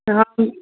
کہاں پہ